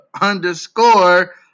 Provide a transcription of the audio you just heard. underscore